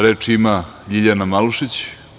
Reč ima Ljiljana Malušić.